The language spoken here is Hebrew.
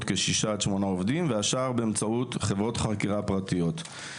6-8 עובדים והשאר באמצעות חברות חקירה פרטיות.